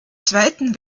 zweiten